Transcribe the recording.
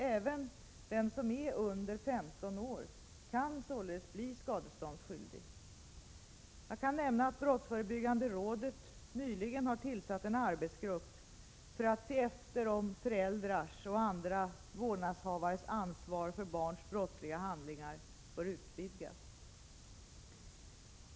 Även den som är under 15 år kan således bli skadeståndsskyldig. Jag kan nämna att brottsförebyggande rådet nyligen har tillsatt en arbetsgrupp för att se efter om föräldrars och andra vårdnadshavares ansvar för barns brottsliga handlingar bör utvidgas.